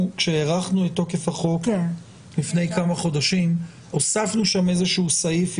כשהארכנו את תוקף החוק לפני כמה חודשים הוספנו שם איזה שהוא סעיף,